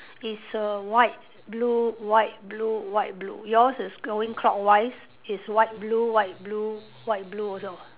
it's a white blue white blue white blue yours is going clockwise is white blue white blue white blue also